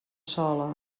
sola